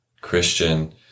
Christian